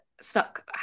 stuck